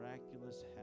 miraculous